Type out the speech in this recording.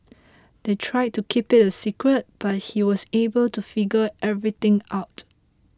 they tried to keep it a secret but he was able to figure everything out